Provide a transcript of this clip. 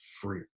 free